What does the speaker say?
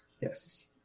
Yes